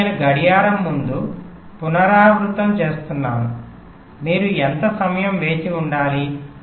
మళ్ళీ నేను గడియారం ముందు పునరావృతం చేస్తున్నాను మీరు ఎంత సమయం వేచి ఉండాలి